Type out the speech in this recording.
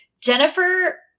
Jennifer